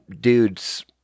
dudes